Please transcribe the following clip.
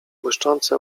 błyszczące